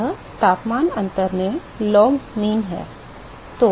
यह तापमान अंतर में लॉग माध्य है